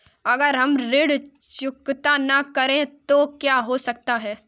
अगर हम ऋण चुकता न करें तो क्या हो सकता है?